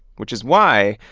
which is why,